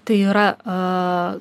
tai yra